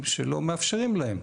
זה היה מאפשר לנו לעשות יותר.